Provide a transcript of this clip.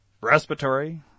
respiratory